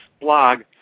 blog